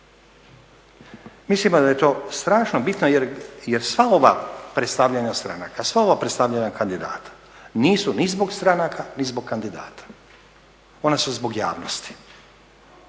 Mislimo da je to strašno bitno jer sva ova predstavljanja stranaka, sva ova predstavljanja kandidata nisu ni zbog stranaka ni zbog kandidata, ona su zbog javnosti.